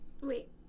Wait